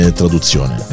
traduzione